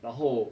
然后